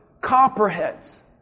copperheads